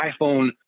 iphone